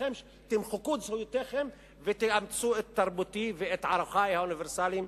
כולכם תמחקו את זהותכם ותאמצו את תרבותי ואת ערכי האוניברסליים.